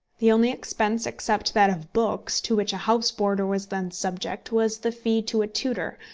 the only expense, except that of books, to which a house-boarder was then subject, was the fee to a tutor,